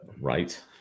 Right